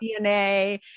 DNA